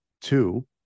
Two